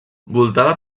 voltada